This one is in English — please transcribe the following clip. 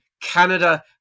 Canada